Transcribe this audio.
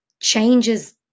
changes